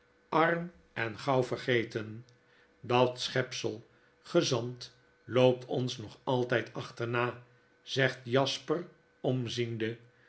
arm en gauw vergeten dat schepsel gezant loopt ons nog altijd achterna zegt jasper omziende